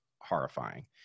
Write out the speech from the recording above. horrifying